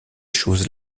choses